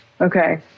okay